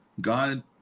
God